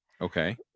Okay